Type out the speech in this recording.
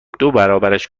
دوبرابرش